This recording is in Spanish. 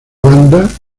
banda